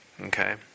okay